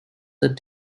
that